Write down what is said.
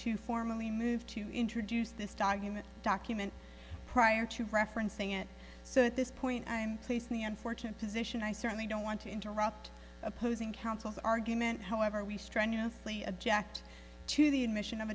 to formally move to introduce this document document prior to referencing it so at this point i'm placing the unfortunate position i certainly don't want to interrupt opposing counsel as argument however we strenuously object to the admission of